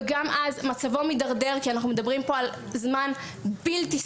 וגם אז מצבו מתדרדר כי אנחנו מדברים פה על זמן בלתי סביר.